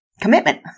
commitment